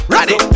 Ready